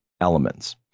elements